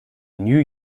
new